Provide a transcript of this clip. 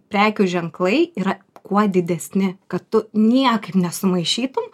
prekių ženklai yra kuo didesni kad tu niekaip nesumaišytum